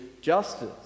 justice